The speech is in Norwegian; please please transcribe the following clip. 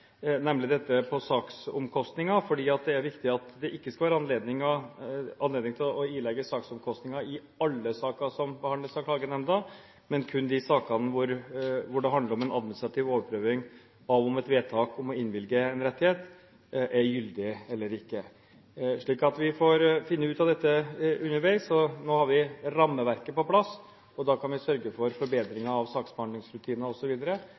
nemlig dette med saksomkostninger. Det er viktig at det ikke skal være anledning til å ilegge saksomkostninger i alle saker som behandles av Klagenemnda, men kun i de sakene hvor det handler om en administrativ overprøving av om et vedtak om å innvilge en rettighet er gyldig eller ikke. Så vi får finne ut av dette underveis. Nå har vi rammeverket på plass, og da kan vi sørge for